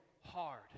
hard